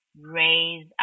raise